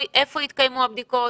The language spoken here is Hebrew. איפה התקיימו הבדיקות,